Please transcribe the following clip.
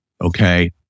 Okay